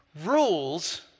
rules